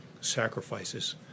sacrifices